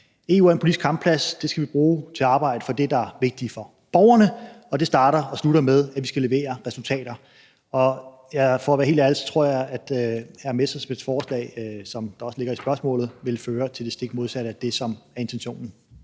EU er en politisk kampplads, og den skal vi bruge til at arbejde for det, der er vigtigt for borgerne, og det starter og slutter med, at vi skal levere resultater. For at være helt ærlig tror jeg, at hr. Morten Messerschmidts forslag, som også ligger i spørgsmålet, vil føre til det stik modsatte af det, som er intentionen.